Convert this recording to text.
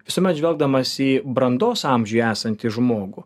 visuomet žvelgdamas į brandos amžiuje esantį žmogų